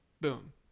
boom